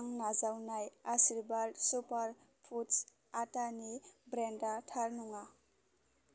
आं नाजावनाय Aashirvaad super foods आटानि ब्रेन्डा थार नङा